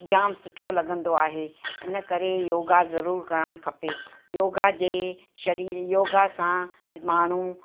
जाम सुठो लगंदो आहे इन करे योगा जरूर करणु खपे योगा जे शरीर योगा सां माण्हू